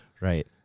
right